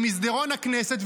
במסדרון הכנסת,